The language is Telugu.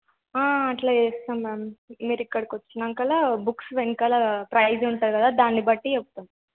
అట్లే చేస్తాం మ్యామ్ మీరు ఇక్కడకి వచ్చినాక బుక్స్ వెనకాల ప్రైజ్ ఉంటుంది కదా దాన్ని బట్టి చెప్తాం